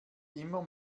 immer